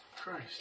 Christ